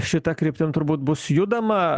šita kryptim turbūt bus judama